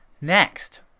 Next